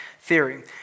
theory